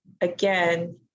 again